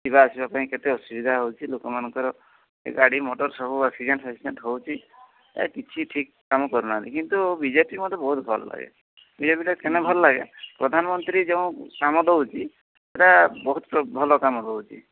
ଯିବାଆସିବା ପାଇଁ କେତେ ଅସୁବିଧା ହେଉଛି ଲୋକମାନଙ୍କର ଏ ଗାଡ଼ିମଟର ସବୁ ଆକ୍ସିଡ଼େଣ୍ଟ୍ ଫାକ୍ସିଡ଼େଣ୍ଟ୍ ହେଉଛି କିଛି ଠିକ୍ କାମ କରୁନାହାନ୍ତି କିନ୍ତୁ ବି ଜେ ପି ମୋତେ ବହୁତ ଭଲ ଲାଗେ ବିଜେପିଟା କେନ ଭଲ ଲାଗେ ପ୍ରଧାନମନ୍ତ୍ରୀ ଯେଉଁ କାମ ଦେଉଛି ସେଇଟା ବହୁତ ଭଲ କାମ ଦେଉଛି